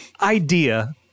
idea